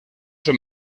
son